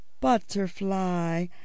butterfly